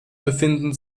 befinden